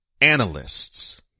Analysts